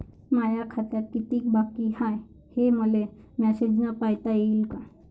माया खात्यात कितीक बाकी हाय, हे मले मेसेजन पायता येईन का?